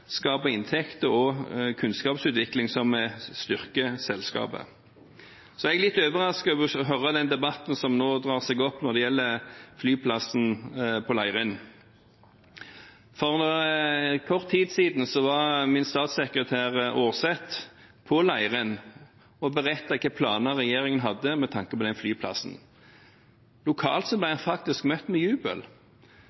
og skape inntekter og kunnskapsutvikling som vil styrke selskapet. Jeg er litt overrasket over å høre den debatten som nå drar seg opp når det gjelder flyplassen på Leirin. For kort tid siden var min statssekretær Aarset på Leirin og berettet om hvilke planer regjeringen hadde med tanke på den flyplassen. Lokalt